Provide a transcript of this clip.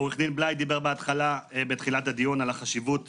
עורך דין בליי דיבר בתחילת הדיון על החשיבות